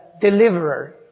deliverer